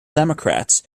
democrats